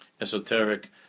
esoteric